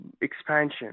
expansion